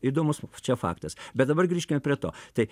įdomus čia faktas bet dabar grįžkime prie to tai